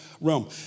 realm